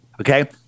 Okay